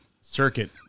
Circuit